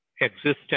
existence